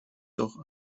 doch